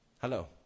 Hello